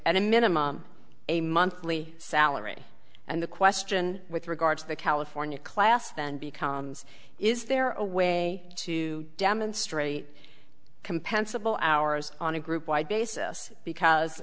at a minimum a monthly salary and the question with regard to the california class then becomes is there a way to demonstrate compensable hours on a group wide basis because